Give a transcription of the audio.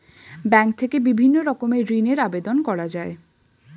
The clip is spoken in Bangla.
ব্যাঙ্ক থেকে বিভিন্ন রকমের ঋণের আবেদন করা যায়